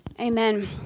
Amen